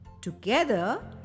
Together